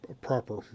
proper